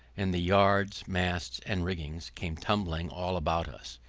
and the yards, masts, and rigging, came tumbling all about us,